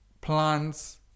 plants